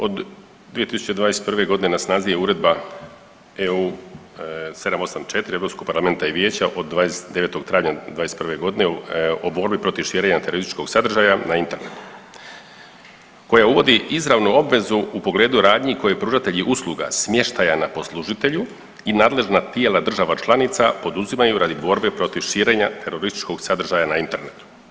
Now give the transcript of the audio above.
Od 2021.g. na snazi je Uredba EU 2021/784 Europskog parlamenta i Vijeća od 29. travnja 2021. o borbi protiv širenja terorističkog sadržaja na internetu koja uvodi izravnu obvezu u pogledu radnji koje pružatelji usluga smještaja na poslužitelju i nadležna tijela država članica poduzimaju radi borbe protiv širenja terorističkog sadržaja na internetu.